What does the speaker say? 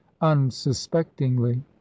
unsuspectingly